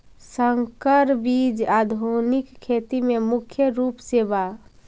संकर बीज आधुनिक खेती में मुख्य रूप से बा